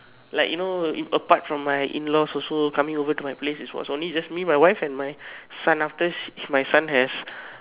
like you know apart from my in-laws also coming over to my place it was only just me my wife and my son after my son has